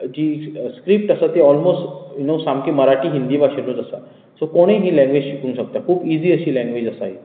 जिची स्क्रिप्ट आसा ती ऑलमोस्ट यु नो सामकी मराठी हिंदी बशेंनूच आसा सो कोणूय ही लॅंगवेज शिकूंक शकता खूब ईझी अशी लॅंगवेज आसा ही